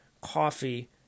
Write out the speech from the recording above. coffee